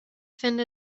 finde